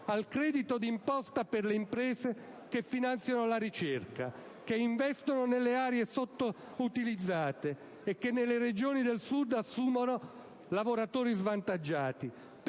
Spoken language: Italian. al credito d'imposta per le imprese che finanziano la ricerca, che investono nelle aree sottoutilizzate e che nelle Regioni del Sud assumono lavoratori svantaggiati.